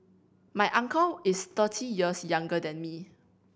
my uncle is thirty years younger than me